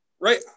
right